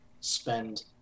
spend